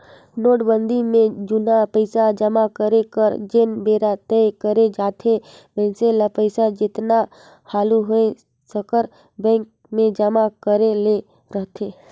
नोटबंदी में जुनहा पइसा जमा करे कर जेन बेरा तय करे जाथे मइनसे ल पइसा जेतना हालु होए सकर बेंक में जमा करे ले रहथे